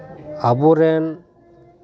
ᱟᱵᱚ ᱨᱮᱱ